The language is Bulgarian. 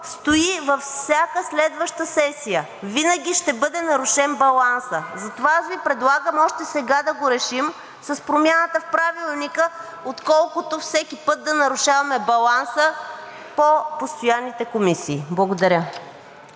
стои във всяка следваща сесия – винаги ще бъде нарушен балансът. Затова аз Ви предлагам още сега да го решим с промяната в Правилника, отколкото всеки път да нарушаваме баланса по постоянните комисии. Благодаря.